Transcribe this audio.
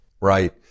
Right